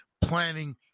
planning